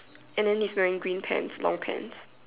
and then he's wearing green pants long pants